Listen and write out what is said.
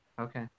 okay